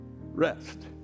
rest